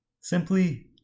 simply